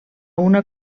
una